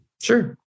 Sure